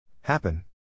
Happen